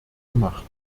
gemacht